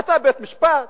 אתה בית-משפט?